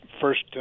first